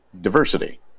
diversity